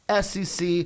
SEC